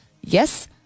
Yes